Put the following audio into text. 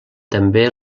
també